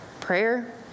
prayer